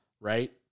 right